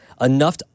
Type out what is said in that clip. enough